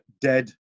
dead